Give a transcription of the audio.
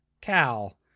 Cal